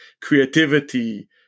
creativity